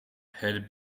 had